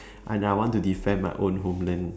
and I want to defend my own homeland